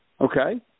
Okay